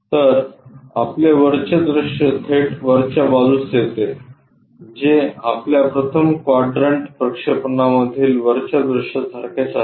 तर आपले वरचे दृश्य थेट वरच्या बाजूस येते जे आपल्या प्रथम क्वाड्रन्ट प्रक्षेपणामधील वरच्या दृश्यासारखेच आहे